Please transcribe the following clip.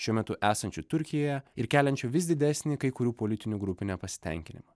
šiuo metu esančių turkijoje ir keliančių vis didesnį kai kurių politinių grupių nepasitenkinimą